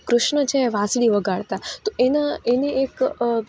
કૃષ્ણ જે વાંસળી વગાડતા તો એના એને એક